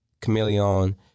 chameleon